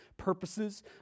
Purposes